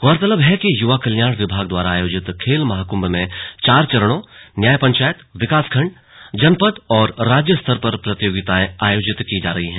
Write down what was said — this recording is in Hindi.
गौरतलब है कि युवा कल्याण विभाग द्वारा आयोजित खेल महाकृम्भ में चार चरणों न्याय पंचायत विकास खण्ड जनपद और राज्य स्तर पर प्रतियोगिताएं आयोजित की जा रही हैं